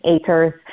acres